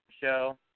show